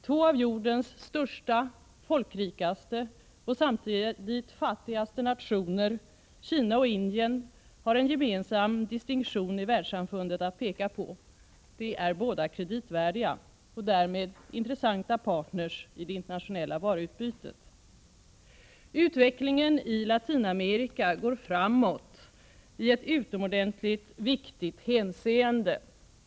Två av jordens största, folkrikaste och samtidigt fattigaste nationer, Kina och Indien, har en gemensam distinktion i världssamfundet att peka på: De är båda kreditvärdiga och därmed intressanta partner i det internationella varuutbytet. Utvecklingen i Latinamerika går framåt i ett utomordentligt viktigt hänseende.